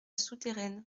souterraine